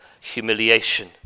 humiliation